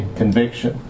conviction